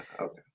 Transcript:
Okay